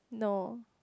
no